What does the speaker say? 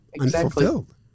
unfulfilled